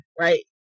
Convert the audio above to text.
Right